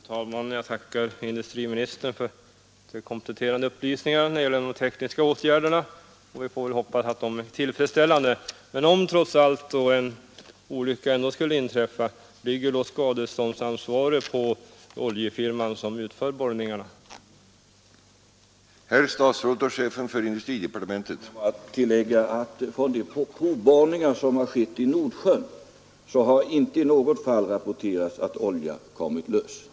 Herr talman! Jag tackar industriministern för dessa kompletterande Måndagen den upplysningar om tekniska åtgärder. Vi får väl hoppas att åtgärderna är 14 maj 1973 tillfredsställande. Men om trots allt en olycka ändå skulle inträffa, ligger =- av ett nedläggande Herr industriministern JOHANSSON: av Bromma flygfält Herr talman! Jag vill bara tillägga att från de provborrningar som har skett i Nordsjön har inte rapporterats något fall av oljeläckage.